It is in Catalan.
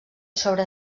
sobre